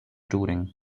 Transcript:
touring